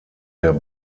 der